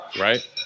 Right